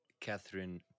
Catherine